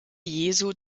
jesu